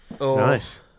nice